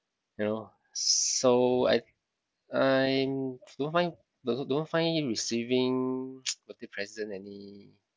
you know so I I don't find don't don't find receiving birthday present any